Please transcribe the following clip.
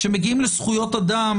כשמגיעים לזכויות אדם,